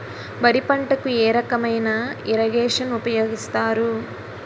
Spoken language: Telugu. వరి పంటకు ఏ రకమైన ఇరగేషన్ ఉపయోగిస్తారు?